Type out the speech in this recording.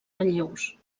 relleus